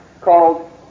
called